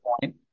point